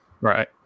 Right